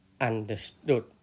understood